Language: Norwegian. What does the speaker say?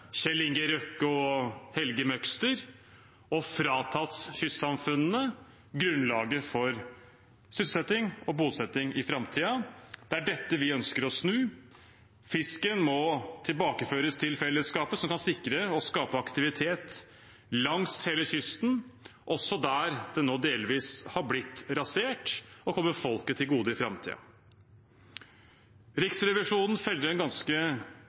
Kjell Inge Røkke og Helge Møgster og fratatt kystsamfunnene grunnlaget for sysselsetting og bosetting i framtiden. Det er dette vi ønsker å snu. Fisken må tilbakeføres til fellesskapet, som kan sikre og skape aktivitet langs hele kysten – også der det nå delvis har blitt rasert – og komme folket til gode i framtiden. Riksrevisjonen feller en ganske